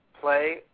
play